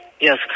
yes